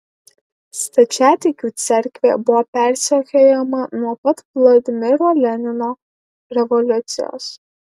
stačiatikių cerkvė buvo persekiojama nuo pat vladimiro lenino revoliucijos